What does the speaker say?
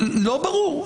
לא ברור.